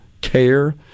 care